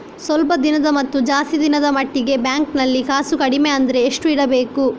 ಸ್ವಲ್ಪ ದಿನದ ಮತ್ತು ಜಾಸ್ತಿ ದಿನದ ಮಟ್ಟಿಗೆ ಬ್ಯಾಂಕ್ ನಲ್ಲಿ ಕಾಸು ಕಡಿಮೆ ಅಂದ್ರೆ ಎಷ್ಟು ಇಡಬೇಕು?